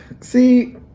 See